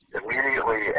immediately